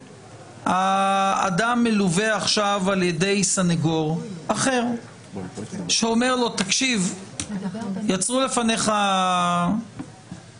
האדם מלווה עכשיו על ידי סניגור אחר שאומר לו שיצרו בפניו מצג.